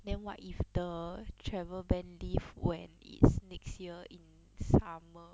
then what if the travel ban lift when it's next year in summer